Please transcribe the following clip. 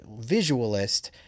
visualist